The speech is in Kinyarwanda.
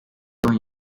wanyu